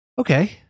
Okay